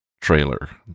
trailer